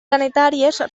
planetàries